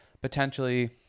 potentially